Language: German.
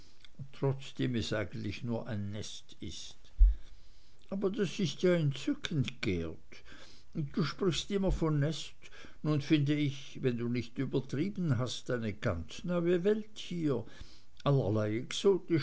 trotzdem es eigentlich nur ein nest ist aber das ist ja entzückend geert du sprichst immer von nest und nun finde ich wenn du nicht übertrieben hast eine ganz neue welt hier allerlei